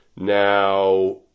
Now